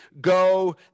Go